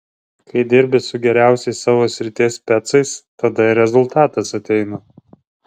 kai dirbi su geriausiais savo srities specais tada ir rezultatas ateina